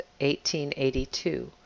1882